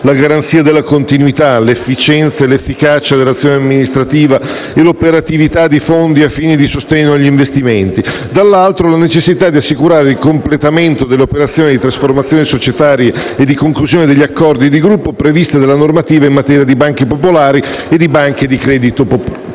la garanzia della continuità, l'efficienza e l'efficacia dell'azione amministrativa e l'operatività di fondi a fini di sostegno agli investimenti; dall'altro la necessità di assicurare il completamento delle operazioni di trasformazioni societarie e di conclusione degli accordi di gruppo previste dalla normativa in materia di banche popolari e di banche di credito cooperativo.